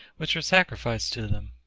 which are sacrificed to them.